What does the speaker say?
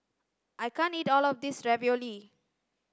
I can't eat all of this Ravioli